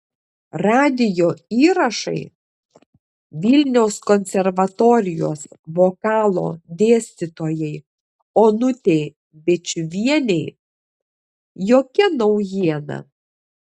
radijo įrašai vilniaus konservatorijos vokalo dėstytojai onutei bėčiuvienei jokia naujiena